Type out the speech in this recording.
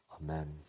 Amen